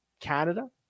Canada